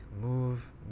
move